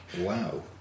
Wow